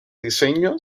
diseño